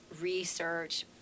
research